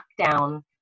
lockdown